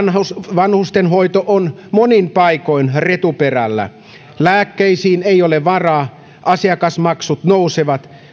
vanhustenhoito on monin paikoin retuperällä lääkkeisiin ei ole varaa asiakasmaksut nousevat